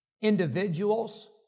individuals